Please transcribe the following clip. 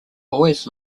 always